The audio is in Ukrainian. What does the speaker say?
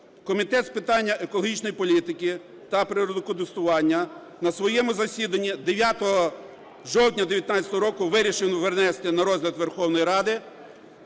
Комітет з питань екологічної політики та природокористування на своєму засіданні 9 жовтня 2019 року вирішив внести на розгляд Верховної Ради